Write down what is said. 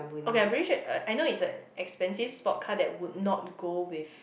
okay I'm pretty sure uh I know it's an expensive sport car that would not go with